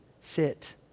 sit